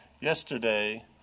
Yesterday